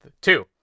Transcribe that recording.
Two